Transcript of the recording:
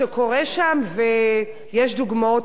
ויש דוגמאות למכביר.